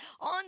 on